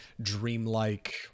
dreamlike